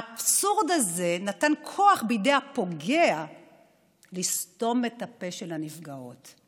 האבסורד הזה נתן כוח בידי הפוגע לסתום את הפה של הנפגעות.